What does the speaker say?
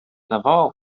zawołał